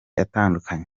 atandukanye